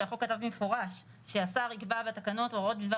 שהחוק כתב במפורש שהשר יקבע בתקנות הוראות בדבר